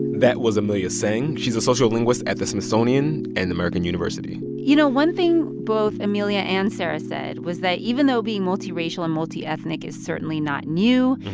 that was amelia tseng. she's a sociolinguist at the smithsonian and american university you know, one thing both amelia and sarah said was that even though being multiracial and multi-ethnic is certainly not new,